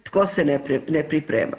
Tko se ne priprema?